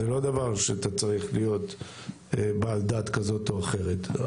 זה לא דבר שאתה צריך להיות בעל דת כזאת או אחרת.